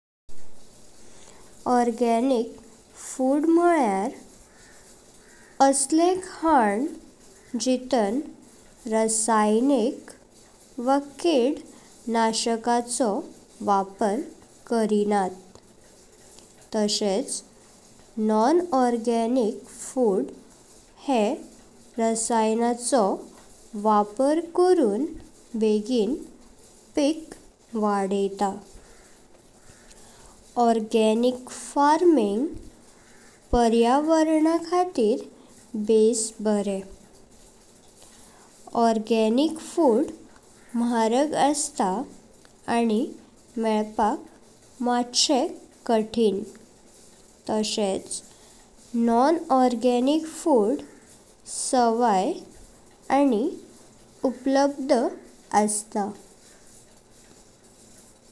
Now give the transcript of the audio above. Organic food म्हणल्यार असले खान जितां रासायनिक, वा किड नाशका'चो वापर करिनात। तसेंच नॉन ऑर्गैनिक फूड हे रसायनचो वापर करूं बगेन पिक वाडेतात। ऑर्गैनिक फार्मिंग पर्यावरण'खातीर बेस बरे। ऑर्गैनिक फूड महरग अस्तां आनी मेलपाक माट्शे कठीण, तसेंच नॉन ऑर्गैनिक फूड सवाई आनी उपलब्ध अस्तां।